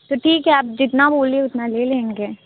तो ठीक है आप जितना बोलिए उतना ले लेंगे